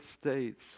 states